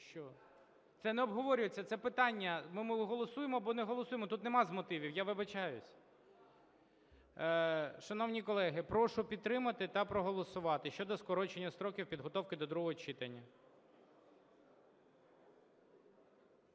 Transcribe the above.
Це не обговорюється. Це питання. Ми або голосуємо, або не голосуємо. Тут нема з мотивів. Я вибачаюсь. Шановні колеги, прошу підтримати та проголосувати щодо скорочення строків підготовки до другого читання.